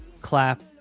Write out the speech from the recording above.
clap